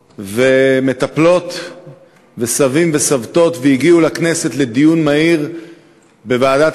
ומטפלות וסבים וסבתות והגיעו לכנסת לדיון מהיר בוועדת